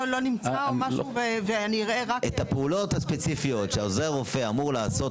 את הפעילות הספציפיות שעוזר הרופא אמור לעשות,